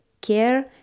care